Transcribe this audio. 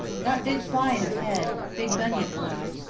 got big fly in um head big bunyip fly.